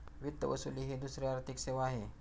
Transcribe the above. वित्त वसुली ही दुसरी आर्थिक सेवा आहे